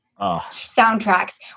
soundtracks